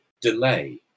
delay